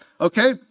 okay